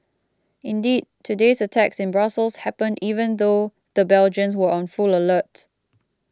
indeed today's attacks in Brussels happened even though the Belgians were on full alert